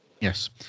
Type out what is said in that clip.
Yes